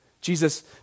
Jesus